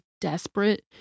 desperate